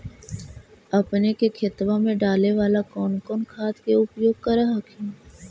अपने के खेतबा मे डाले बाला कौन कौन खाद के उपयोग कर हखिन?